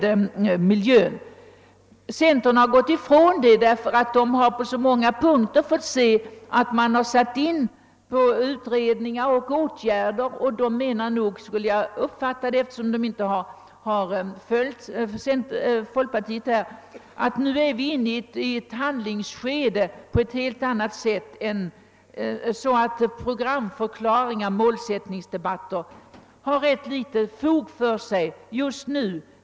Den saken har centern nu gått ifrån, förmodligen därför att man på så många punkter har sett att vi har satt i gång utredningar och vidtagit åtgärder. När centern här inte har följt folkpartiet, menar man väl i centerpartiet att vi nu är inne i ett handlingsskede som gör att programförklaringar och målsättningsdebatter har ganska litet fog för sig.